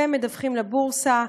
והם מדווחים לבורסה,